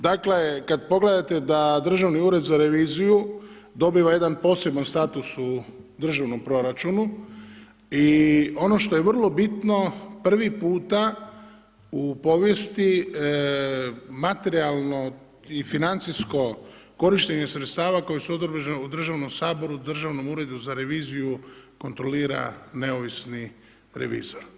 Dakle, kad pogledate da Državni ured za reviziju dobiva jedan poseban status u državnom proračunu i ono što je vrlo bitno, prvi puta u povijesti materijalno i financijsko korištenje sredstava koji su odobreni u državnom Saboru, Državnom uredu za reviziju kontrolira neovisni revizor.